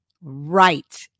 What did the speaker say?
Right